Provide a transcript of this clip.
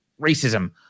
racism